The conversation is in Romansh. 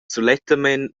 sulettamein